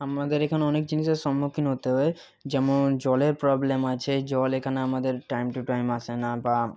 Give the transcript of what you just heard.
আমাদের এখানে অনেক জিনিসের সম্মুখীন হতে হয় যেমন জলের প্রবলেম আছে জল এখানে আমাদের টাইম টু টাইম আসে না বা